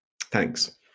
Thanks